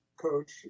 coach